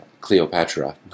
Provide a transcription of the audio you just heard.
Cleopatra